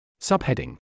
Subheading